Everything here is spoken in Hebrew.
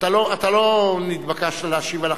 אתה לא נתבקשת להשיב?